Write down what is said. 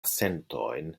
sentojn